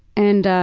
and